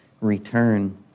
return